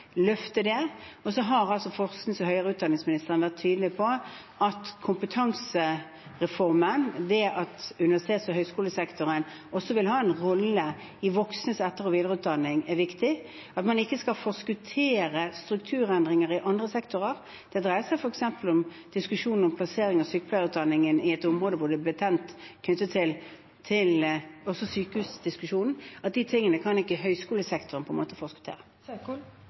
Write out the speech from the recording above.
det, og så har forsknings- og høyere utdanningsministeren vært tydelig på at kompetansereformen, det at universitets- og høyskolesektoren også vil ha en rolle i voksnes etter- og videreutdanning, er viktig, og at man ikke skal forskuttere strukturendringer i andre sektorer. Det dreier seg f.eks. om diskusjonen om plassering av sykepleierutdanningen i et område hvor